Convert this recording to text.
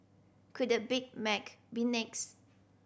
could the Big Mac be next